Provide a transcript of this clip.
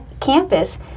campus